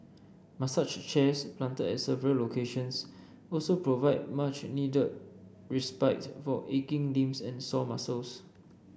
massage chairs planted at several locations also provide much need respite for aching limbs and sore muscles